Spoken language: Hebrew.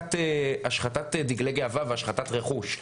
השחתת דיגלי גאווה והשחתת רכוש,